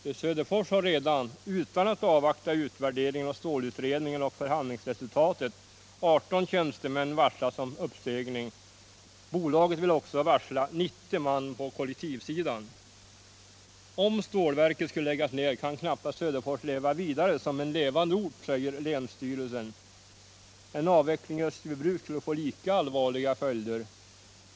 I Söderfors har redan, utan att avvakta utvärderingen av stålutredningen och förhandlingsresultatet, 18 tjänstemän varslats om uppsägning. Bolaget vill också varsla 90 man på kollektivsidan. Om stålverket skulle läggas ned kan knappast Söderfors leva vidare som en levande ort, säger länsstyrelsen. En avveckling i Österbybruk skulle få lika allvarliga följder.